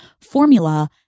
formula